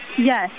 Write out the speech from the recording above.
Yes